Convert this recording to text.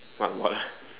my wallet